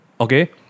Okay